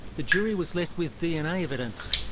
the jury was left with dna evidence.